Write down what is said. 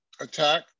attack